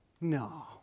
No